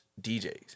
DJs